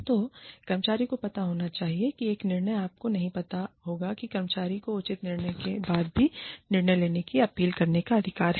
तो कर्मचारी को पता होना चाहिए कि एक निर्णय आपको नहीं पता होगा कि कर्मचारी को उचित निर्णय के बाद भी निर्णय लेने की अपील करने का अधिकार है